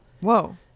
Whoa